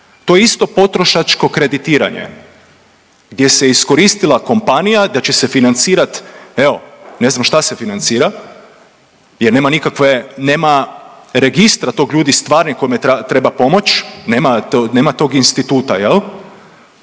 To je isto potrošačko kreditiranje gdje se iskoristila kompanija da će se financirat, evo ne znam šta se financira jer nema nikakve, nema registra tog ljudi stvarni kome treba pomoć nema tog instituta jel,